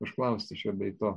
užklausti šio bei to